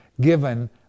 given